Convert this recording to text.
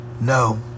no